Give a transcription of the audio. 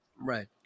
right